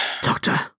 Doctor